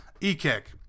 e-kick